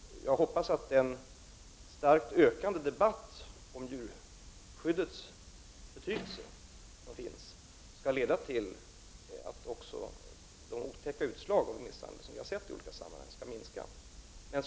Jag hoppas att den starkt ökande debatten om djurskyddets betydelse som pågår skall leda till att också de otäcka utslag av misshandel som vi har sett i olika sammanhang skall minska.